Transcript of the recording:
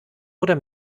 oder